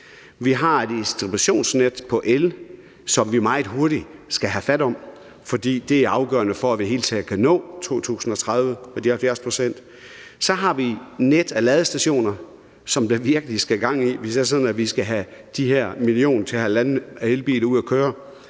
Vi har et distributionsnet for el, som vi meget hurtigt skal have fat i, for det er afgørende for, at vi i det hele taget kan nå de 70 pct. i 2030. Så har vi et net af ladestationer, som der virkelig skal gang i, hvis det er sådan, at vi skal have de her 1-1,5 million elbiler ud at køre.